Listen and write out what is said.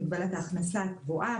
מגבלת ההכנסה הקבועה,